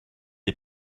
des